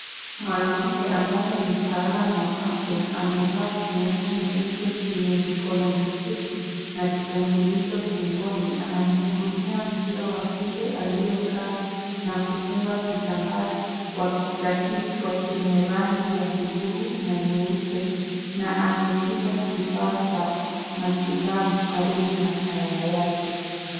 Mwanamke ambaye ni mtaalamu wa afya amevaa fulana nyeupe yenye mikono mifupi na kitambulisho chake. Anamhudumia mzee wa kike aliyekaa na kufunga kitambaa cha kichwa chenye rangi ya bluu na nyeupe na ameshika kifaa cha matibabu karibu na taa yake.